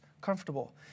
comfortable